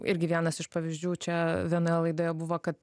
irgi vienas iš pavyzdžių čia vienoje laidoje buvo kad